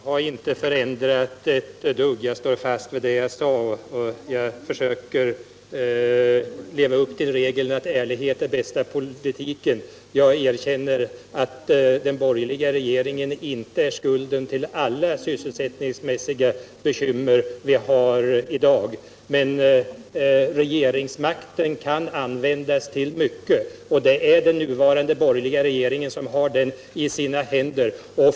Herr talman! Jag har inte ändrat mig ett dugg — jag står fast vid vad jag sade. Jag försöker leva upp till regeln att ärlighet är bästa politiken. Jag erkänner att den borgerliga regeringen inte bär skulden för alla de sysselsättningsmässiga bekymmer som vi har i dag. Men regeringsmakten kan användas till mycket, och det är de borgerliga partierna som nu har den makten.